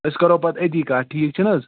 أسۍ کرو پَتہِ أتی کَتھ ٹھیٖک چھُ نہٕ حظ